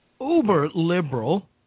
uber-liberal